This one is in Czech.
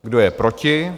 Kdo je proti?